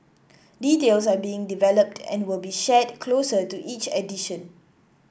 details are being developed and will be shared closer to each edition